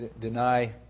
deny